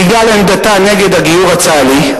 בגלל עמדתה נגד הגיור הצה"לי,